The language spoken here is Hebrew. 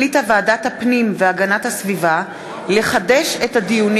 החליטה ועדת הפנים והגנת הסביבה לחדש את הדיונים